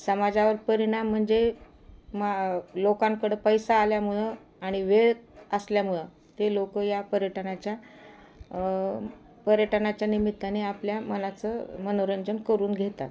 समाजावर परिणाम म्हणजे मा लोकांकडं पैसा आल्यामुळं आणि वेळ असल्यामुळं ते लोकं या पर्यटनाच्या पर्यटनाच्या निमित्ताने आपल्या मनाचं मनोरंजन करून घेतात